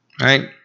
right